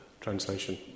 translation